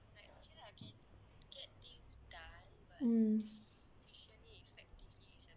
mm